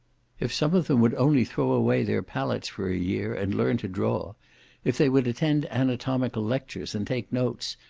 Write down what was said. if some of them would only throw away their palettes for a year, and learn to draw if they would attend anatomical lectures, and take notes,